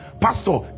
pastor